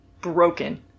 broken